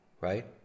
right